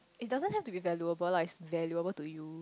it doesn't have to be valuable lah it's valuable to you